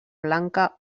blanca